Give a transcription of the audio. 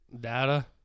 Data